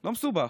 לא מסובך.